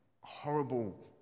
horrible